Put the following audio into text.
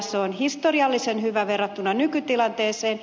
se on historiallisen hyvä verrattuna nykytilanteeseen